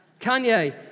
Kanye